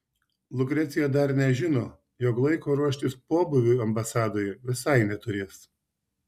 lukrecija dar nežino jog laiko ruoštis pobūviui ambasadoje visai neturės